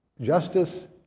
Justice